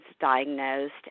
diagnosed